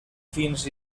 fins